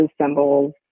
symbols